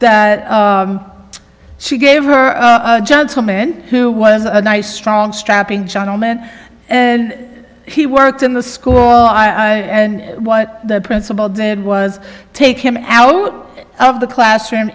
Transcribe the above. act she gave her a gentleman who was a nice strong strapping gentleman and he worked in the school i and what the principal did was take him out of the classroom